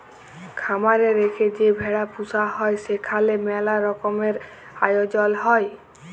খামার এ রেখে যে ভেড়া পুসা হ্যয় সেখালে ম্যালা রকমের আয়জল হ্য়য়